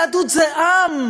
יהדות זה עם.